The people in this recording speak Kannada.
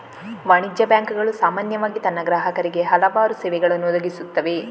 ವಾಣಿಜ್ಯ ಬ್ಯಾಂಕುಗಳು ಸಾಮಾನ್ಯವಾಗಿ ತನ್ನ ಗ್ರಾಹಕರಿಗೆ ಹಲವಾರು ಸೇವೆಗಳನ್ನು ಒದಗಿಸುತ್ತವೆ